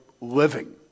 living